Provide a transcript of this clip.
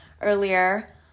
earlier